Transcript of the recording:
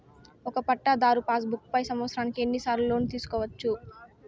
ఒక పట్టాధారు passbook పై సంవత్సరానికి ఎన్ని సార్లు లోను తీసుకోవచ్చు?